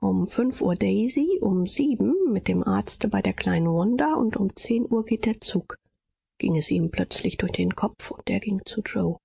um fünf uhr daisy um sieben mit dem arzte bei der kleinen wanda und um zehn uhr geht der zug ging es ihm plötzlich durch den kopf und er ging zu yoe